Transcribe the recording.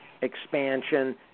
expansion